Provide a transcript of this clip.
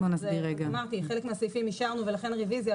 אמרתי חלק מהסעיפים אישרנו ולכן הרוויזיה.